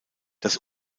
das